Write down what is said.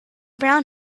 brown